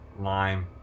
lime